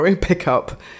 pickup